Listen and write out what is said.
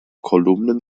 kolumnen